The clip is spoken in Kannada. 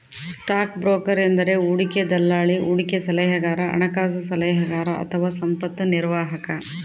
ಸ್ಟಾಕ್ ಬ್ರೋಕರ್ ಎಂದರೆ ಹೂಡಿಕೆ ದಲ್ಲಾಳಿ, ಹೂಡಿಕೆ ಸಲಹೆಗಾರ, ಹಣಕಾಸು ಸಲಹೆಗಾರ ಅಥವಾ ಸಂಪತ್ತು ನಿರ್ವಾಹಕ